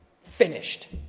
finished